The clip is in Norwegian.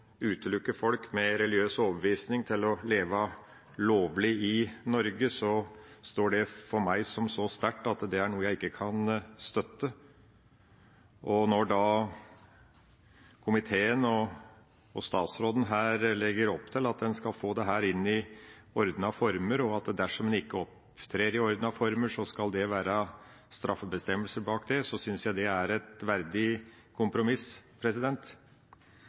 utelukke folk med en religiøs overbevisning fra å leve lovlig i Norge, står det for meg som så sterkt at det er noe jeg ikke kan støtte. At komiteen og statsråden legger opp til at en skal få dette inn i ordnede former, og at det dersom en ikke opptrer i ordnede former, skal være straffebestemmelse bak, synes jeg er et verdig kompromiss.